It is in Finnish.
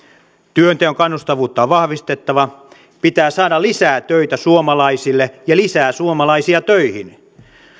työnteon kannustavuutta on vahvistettava pitää saada lisää töitä suomalaisille ja lisää suomalaisia töihin